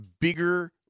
bigger